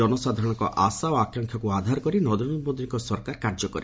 ଜନସାଧାରଣଙ୍କର ଆଶା ଓ ଆକାଂକ୍ଷାକୁ ଆଧାର କରି ନରେନ୍ଦ୍ର ମୋଦିଙ୍କ ସରକାର କାର୍ଯ୍ୟ କରେ